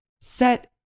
set